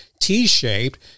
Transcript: T-shaped